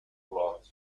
blocks